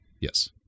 Yes